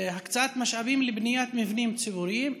הקצאת משאבים לבניית מבנים ציבוריים,